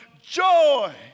joy